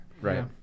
Right